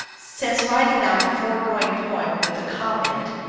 since writing out the foregoing poem, with the com ment,